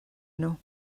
nhw